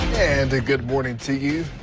and good morning to you.